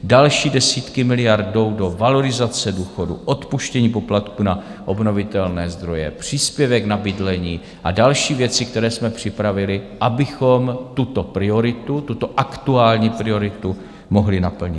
Další desítky miliard jdou do valorizace důchodů, odpuštění poplatků na obnovitelné zdroje, příspěvek na bydlení a další věci, které jsme připravili, abychom tuto prioritu, tuto aktuální prioritu, mohli naplnit.